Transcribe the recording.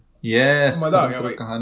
Yes